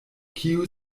kiu